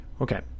Okay